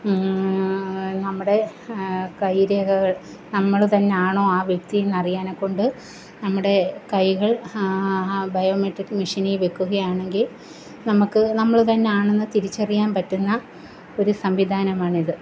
നമ്മുടെ കൈരേഖകൾ നമ്മൾ തന്നെയാണോ ആ വ്യക്തി എന്നറിയുന്നതിനെക്കൊണ്ട് നമ്മുടെ കൈകൾ ആ ബയോമെട്രിക്ക് മെഷിനിൽ വെക്കുകയാണെങ്കിൽ നമ്മൾക്ക് നമ്മൾ തന്നെയാണെന്ന് തിരിച്ചറിയാൻ പറ്റുന്ന ഒരു സംവിധാനമാണിത്